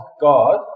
God